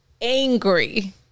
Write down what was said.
angry